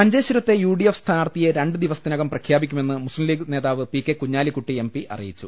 മഞ്ചേശ്വരത്തെ U DF സ്ഥാനാർത്ഥിയെ രണ്ടു ദിവസ ത്തിനകം പ്രഖ്യാപിക്കുമെന്ന് മുസ്ലീം ലീഗ് നേതാവ് P K Kunhalikutty M P അറിയിച്ചു